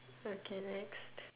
okay next